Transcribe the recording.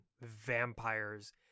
vampires